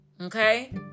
Okay